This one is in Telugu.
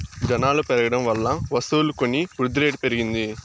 జనాలు పెరగడం వల్ల వస్తువులు కొని వృద్ధిరేటు పెరిగింది